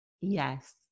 Yes